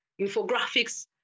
infographics